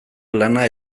lana